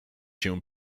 się